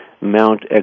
Mount